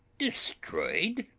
destroyed?